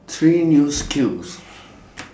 three new skills